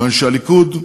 מכיוון שהליכוד,